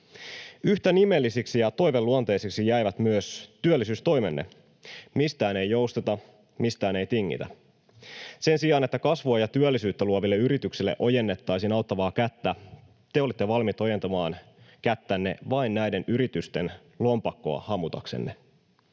Yhtä nimellisiksi ja toiveluonteisiksi jäivät myös työllisyystoimenne. Mistään ei jousteta, mistään ei tingitä. Sen sijaan, että kasvua ja työllisyyttä luoville yrityksille ojennettaisiin auttavaa kättä, te olitte valmiita ojentamaan kättänne vain näiden yritysten lompakkoa hamutaksenne.